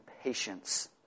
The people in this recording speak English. patience